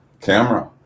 camera